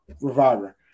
reviver